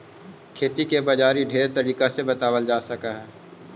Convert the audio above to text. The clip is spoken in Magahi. खेती के बाजारी ढेर तरीका से बताबल जा सकलाई हे